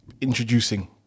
introducing